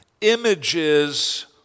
images